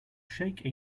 shake